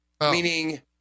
Meaning